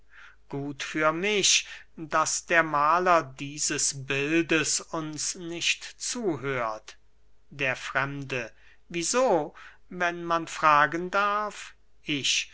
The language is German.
gut für mich daß der mahler dieses bildes uns nicht zuhört der fremde wie so wenn man fragen darf ich